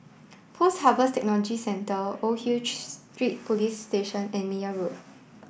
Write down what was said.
Post Harvest Technology Centre Old Hill Street Police Station and Meyer Road